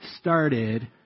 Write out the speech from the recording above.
started